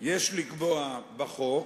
יש לקבוע בחוק